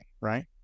Right